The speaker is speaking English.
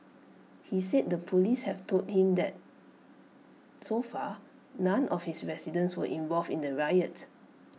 he said the Police have told him that so far none of his residents were involved in the riot